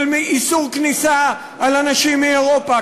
של איסור כניסה על אנשים מאירופה.